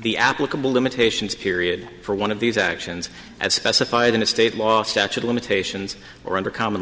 the applicable limitations period for one of these actions as specified in a state law statute limitations or under common